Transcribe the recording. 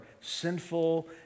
sinful